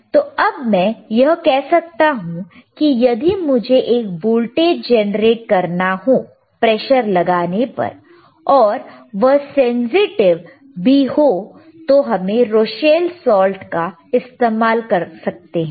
तो अब मैं यह कह सकता हूं कि यदि मुझे एक वोल्टेज जनरेट करना हो प्रेशर लगाने पर और वह सेंसिटिव भी हो तो हम रौशैल सॉल्ट का इस्तेमाल कर सकते हैं